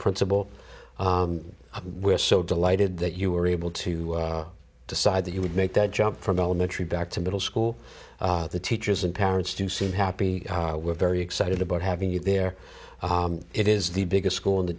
principal we're so delighted that you were able to decide that you would make that jump from elementary back to middle school the teachers and parents do seem happy we're very excited about having you there it is the biggest school